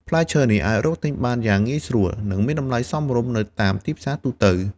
ផ្លែឈើនេះអាចរកទិញបានយ៉ាងងាយស្រួល និងមានតម្លៃសមរម្យនៅតាមទីផ្សារទូទៅ។